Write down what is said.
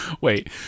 wait